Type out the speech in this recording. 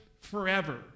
forever